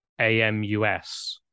AMUS